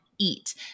Eat